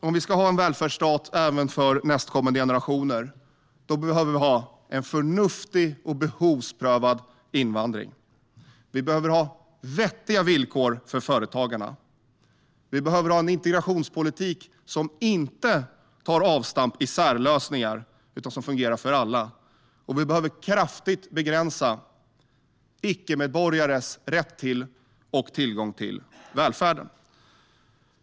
Om vi ska ha en välfärdsstat även för nästkommande generationer behöver vi ha en förnuftig och behovsprövad invandring. Vi behöver ha vettiga villkor för företagarna. Vi behöver ha en integrationspolitik som inte tar avstamp i särlösningar utan som fungerar för alla. Vi behöver kraftigt begränsa icke-medborgares rätt till och tillgång till välfärden.